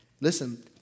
listen